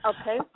Okay